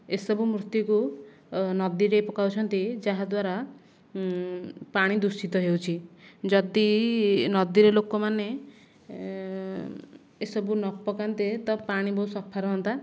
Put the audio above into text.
ଏସବୁ ମୂର୍ତ୍ତିକୁ ନଦୀରେ ପକାଉଛନ୍ତି ଯାହାଦ୍ଵାରା ପାଣି ଦୂଷିତ ହେଉଛି ଯଦି ନଦୀରେ ଲୋକ ମାନେ ଏସବୁ ନପକାନ୍ତେ ତ ପାଣି ବହୁତ୍ ସଫା ରୁହନ୍ତା